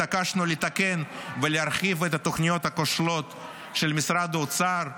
התעקשנו לתקן ולהרחיב את התוכניות הכושלות של משרד האוצר.